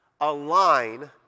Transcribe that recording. align